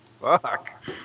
Fuck